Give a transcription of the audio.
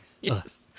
yes